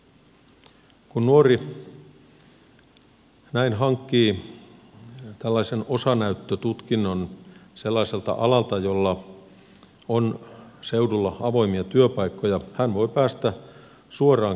kun nuori näin hankkii tällaisen osanäyttötutkinnon sellaiselta alalta jolla on seudulla avoimia työpaikkoja hän voi päästä suoraan kiinni työelämään